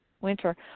winter